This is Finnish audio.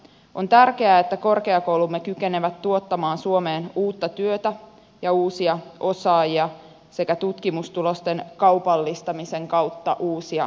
on tärkeää että korkeakoulumme kykenevät tuottamaan suomeen uutta työtä ja uusia osaajia sekä tutkimustulosten kaupallistamisen kautta uusia yrityksiä